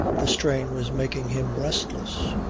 the strain was making him restless.